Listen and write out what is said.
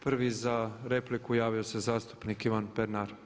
Prvi za repliku javio se zastupnik Ivan Pernar.